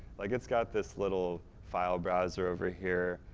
like it's got this little file browser over here,